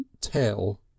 tell